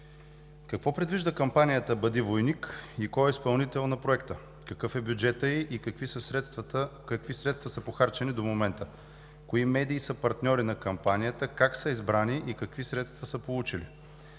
какво предвижда кампанията „Бъди войник“ и кой е изпълнител на Проекта; какъв е бюджетът ѝ и какви средства са похарчени до момента; кои медии са партньори на кампанията, как са избрани и какви средства са получили;